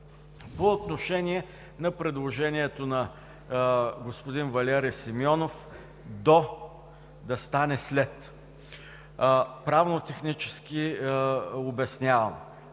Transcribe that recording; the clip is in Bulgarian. По отношение на предложението на господин Валери Симеонов – „до“ да стане „след“, правно-технически обяснявам: